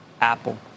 Apple